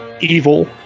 evil